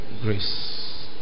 Grace